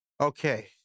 Okay